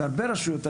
הרבה רשויות,